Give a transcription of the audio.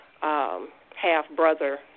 half-brother